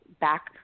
back